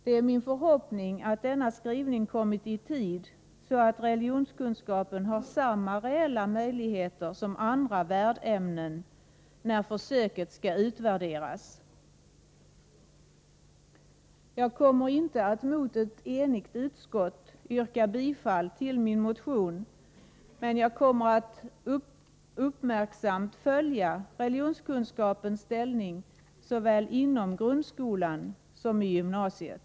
Det är min förhoppning att denna skrivning kommit i tid, så att religionskunskapen har samma reella möjligheter som andra värdämnen när försöket skall utvärderas. Jag kommer inte att mot ett enigt utskott yrka bifall till min motion, men jag kommer att uppmärksamt följa religionskunskapens ställning såväl inom grundskolan som i gymnasiet.